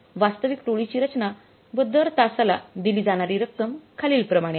वास्तविक टोळीची रचना व दर तासाला दिली जाणारी रक्कम खालीलप्रमाणे आहे